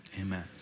amen